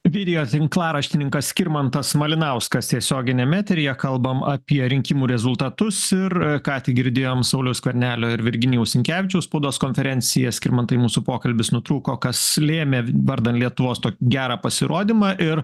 video tinklaraštininkas skirmantas malinauskas tiesioginiam eteryje kalbam apie rinkimų rezultatus ir ką tik girdėjom sauliaus skvernelio ir virginijaus sinkevičiaus spaudos konferenciją skirmantai mūsų pokalbis nutrūko kas lėmė vardan lietuvos gerą pasirodymą ir